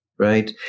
right